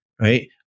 right